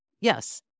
Yes